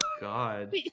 God